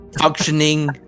functioning